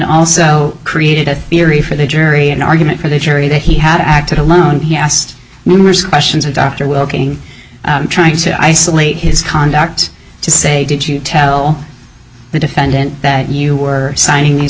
also created a theory for the jury an argument for the jury that he had acted alone he asked numerous questions of dr will trying to isolate his conduct to say did you tell the defendant that you were signing these